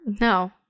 No